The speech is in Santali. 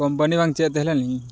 ᱠᱚᱢᱯᱟᱱᱤ ᱵᱟᱝ ᱪᱮᱫ ᱛᱟᱦᱮᱸᱞᱮᱱ